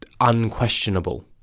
unquestionable